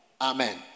Amen